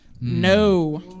No